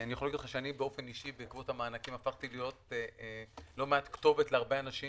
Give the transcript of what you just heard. אני בעקבות המענקים אישית הפכתי להיות כתובת ללא מעט אנשים